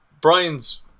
Brian's